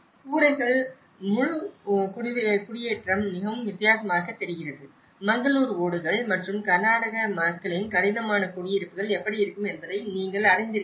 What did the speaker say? கூரைகள் முழு குடியேற்றமும் மிகவும் வித்தியாசமாகத் தெரிகிறது மங்களூர் ஓடுகள் மற்றும் கர்நாடக மக்களின் கடினமான குடியிருப்புகள் எப்படி இருக்கும் என்பதை நீங்கள் அறிந்திருக்கிறீர்கள்